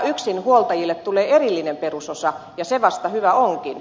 yksinhuoltajille tulee erillinen perusosa ja se vasta hyvä onkin